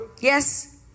Yes